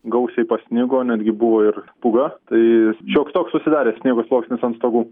gausiai pasnigo netgi buvo ir pūga tai šioks toks susidarė sniego sluoksnis ant stogų